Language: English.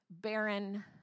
barren